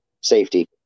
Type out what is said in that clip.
Safety